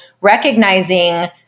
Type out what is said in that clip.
recognizing